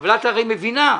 את הרי מבינה.